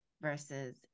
versus